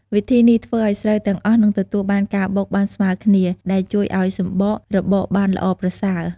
វិធីនេះ ធ្វើឲ្យស្រូវទាំងអស់នឹងទទួលបានការបុកបានស្មើគ្នា ដែលជួយឱ្យសម្បករបកបានល្អប្រសើរ។